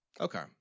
Okay